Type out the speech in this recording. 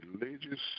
Religious